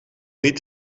niet